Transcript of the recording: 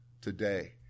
today